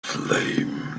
flame